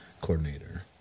coordinator